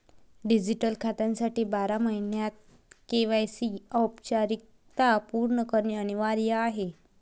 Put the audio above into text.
digital खात्यासाठी बारा महिन्यांत के.वाय.सी औपचारिकता पूर्ण करणे अनिवार्य आहे